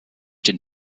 den